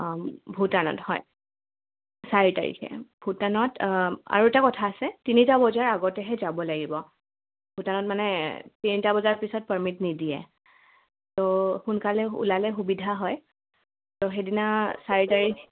অঁ ভূটানত হয় চাৰি তাৰিখে ভূটানত আৰু এটা কথা আছে তিনিটা বজাৰ আগতেহে যাব লাগিব ভূটানত মানে তিনিটা বজাৰ পিছত পাৰ্মিট নিদিয়ে ত' সোনকালে ওলালে সুবিধা হয় ত' সেইদিনা চাৰি তাৰিখ